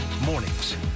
mornings